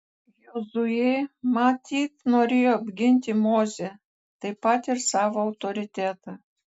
jozuė matyt norėjo apginti mozę taip pat ir savo autoritetą